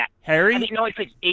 Harry